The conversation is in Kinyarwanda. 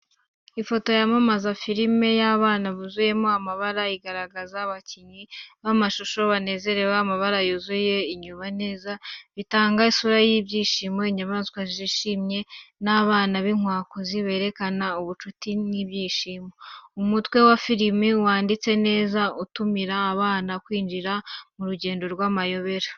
Ifoto y’amamaza filime y’abana yuzuyemo amabara, igaragaza abakinnyi b'amashusho banezerewe, amabara yuzuye inyuma neza, bitanga isura y’ibyishimo. Inyamaswa zishimye n’abana b’inkwakuzi, berekana ubucuti n’ibyishimo. Umutwe wa filime wanditse neza, utumira abana kwinjira mu rugendo rw’amayobera.